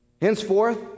henceforth